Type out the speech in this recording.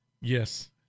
Yes